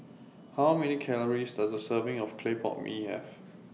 How Many Calories Does A Serving of Clay Pot Mee Have